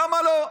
למה לא?